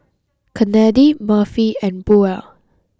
Kennedi Murphy and Buel